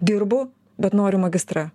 dirbu bet noriu magistrą